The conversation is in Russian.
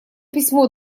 письмо